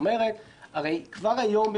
כבר היום,